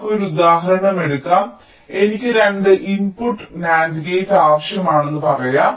നമുക്ക് ഒരു ഉദാഹരണം എടുക്കാം എനിക്ക് 2 ഇൻപുട്ട് NAND ഗേറ്റ് ആവശ്യമാണെന്ന് പറയാം